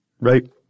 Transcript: Right